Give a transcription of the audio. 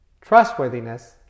trustworthiness